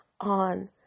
on